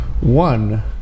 One